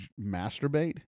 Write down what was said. masturbate